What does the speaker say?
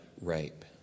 rape